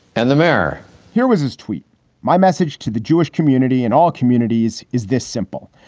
and the mayor here was his tweet my message to the jewish community and all communities is this simple.